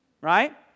Right